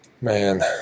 Man